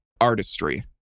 artistry